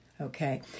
okay